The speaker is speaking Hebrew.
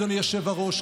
אדוני היושב-ראש,